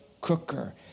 cooker